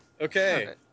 Okay